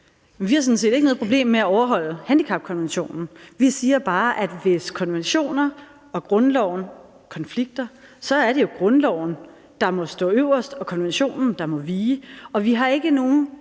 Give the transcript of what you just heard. set ikke noget problem med at overholde handicapkonventionen. Vi siger bare, at hvis konventioner og grundloven konflikter, er det jo grundloven, der må stå øverst, og konventionen, der må vige. Og vi har som